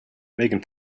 megan